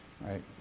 Right